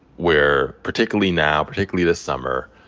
where particularly now, particularly this summer,